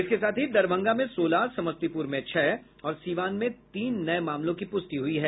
इसके साथ ही दरभंगा में सोलह समस्तीपुर में छह और सिवान में तीन नये मामलों की पुष्टि हुई है